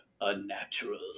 unnatural